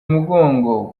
umugongo